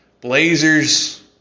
Blazers